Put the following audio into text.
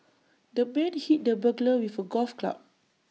the man hit the burglar with A golf club